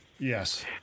Yes